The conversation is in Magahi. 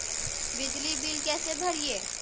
बिजली बिल कैसे भरिए?